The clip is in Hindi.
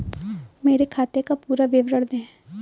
मेरे खाते का पुरा विवरण दे?